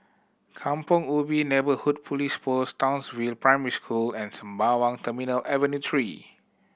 Kampong Ubi Neighbourhood Police Post Townsville Primary School and Sembawang Terminal Avenue Three